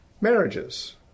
marriages